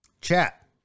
chat